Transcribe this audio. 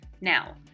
now